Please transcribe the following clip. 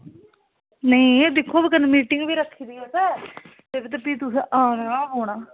नेईं दिक्खो कन्नै मीटिंग बी रक्खी दी तुसें फ्ही तुसें आना गै पौना